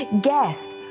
guest